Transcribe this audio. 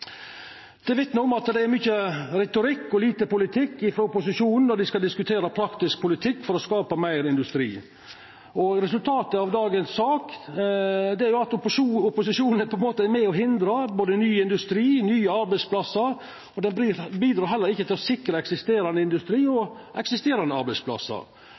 Det vitnar om at det er mykje retorikk og lite politikk frå opposisjonen når dei skal diskutera praktisk politikk for å skapa meir industri. Resultatet av dagens sak er jo at opposisjonen på ein måte er med på å hindra både ny industri og nye arbeidsplassar, og dei bidreg heller ikkje til å sikra eksisterande industri og eksisterande arbeidsplassar.